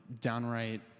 downright